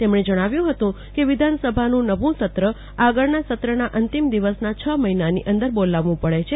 તેમણે જણાવ્યુ હતું કે વિધાન સ્લાનું નવુ સત્ર આગળના સત્રના અંતિમ છ મહિનાની અંદર બોલાવવુ પડે છે